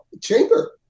chamber